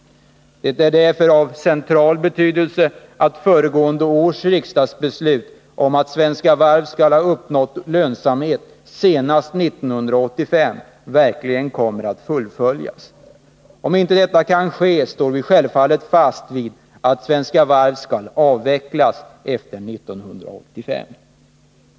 Det är därför av central betydelse att föregående års riksdagsbeslut om att Svenska Varv skall ha uppnått lönsamhet senast 1985 verkligen kommer att fullföljas. Om inte detta kan ske står vi självfallet fast vid att Svenska Varv skall avvecklas efter 1985.